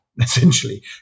essentially